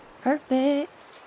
Perfect